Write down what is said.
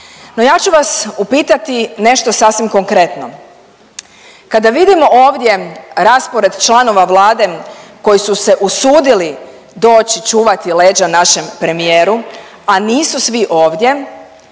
No, ja ću vas upitati nešto sasvim konkretno. Kada vidim ovdje raspored članova Vlade koji su se usudili doći čuvati leđa našem premijeru, a nisu svi ovdje